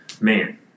Man